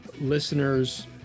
listeners